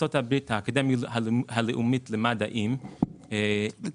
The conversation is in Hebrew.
האקדמיה הלאומית למדעים בארצות הברית